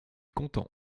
content